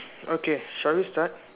okay shall we start